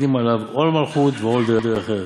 נותנין עליו עול מלכות ועול דרך ארץ"